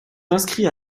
inscrits